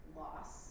loss